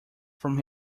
from